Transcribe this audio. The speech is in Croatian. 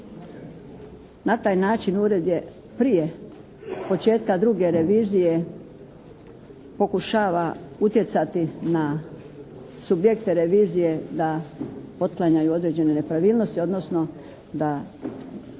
Na taj način ured je prije početka druge revizije pokušava utjecati na subjekte revizije da otklanjaju određene nepravilnosti, odnosno da